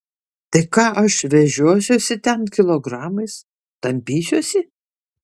tai ką aš vežiosiuosi ten kilogramais tampysiuosi